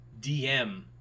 DM